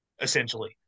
essentially